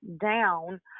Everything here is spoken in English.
down